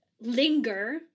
linger